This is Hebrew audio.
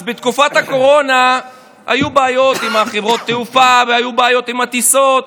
אז בתקופת הקורונה היו בעיות עם חברות התעופה והיו בעיות עם הטיסות,